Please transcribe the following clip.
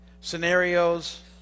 scenarios